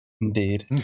Indeed